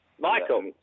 Michael